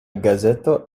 gazeto